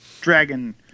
dragon